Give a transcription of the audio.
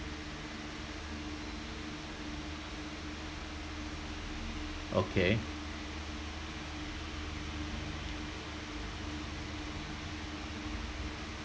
okay